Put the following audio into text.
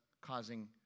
causing